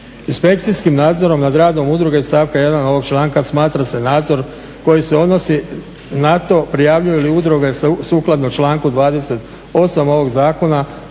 Inspekcijskim nadzorom nad radom udruge iz stavka 1. ovog članka smatra se nadzor koji se odnosi na to prijavljuju li udruge sukladno članku 28. ovog zakona,